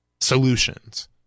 solutions